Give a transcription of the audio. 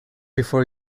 before